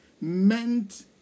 meant